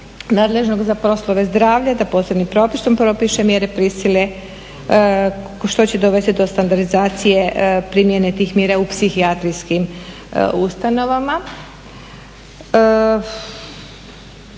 nadležnog za poslove zdravlja da posebnim propisom propiše mjere prisile što će dovesti do standardizacije primjene tih mjera u psihijatrijskim ustanovama.